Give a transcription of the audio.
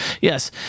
yes